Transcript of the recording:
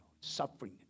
Suffering